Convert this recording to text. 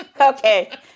Okay